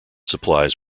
supplies